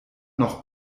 noch